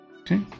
Okay